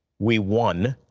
we won,